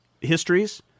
histories